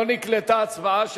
לא נקלטה ההצבעה שלי.